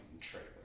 trailer